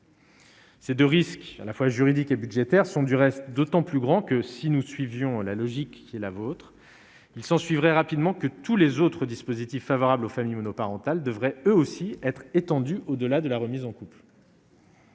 Ces 2 risques à la fois juridique et budgétaire sont du reste d'autant plus grand que si nous suivions la logique qui est la vôtre, il s'en suivrait rapidement que tous les autres dispositifs favorables aux familles monoparentales devraient eux aussi être étendu au-delà de la remise en cours.